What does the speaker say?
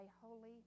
holy